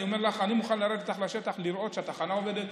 אני אומר לך: אני מוכן לרדת איתך לשטח ולראות שהתחנה עובדת.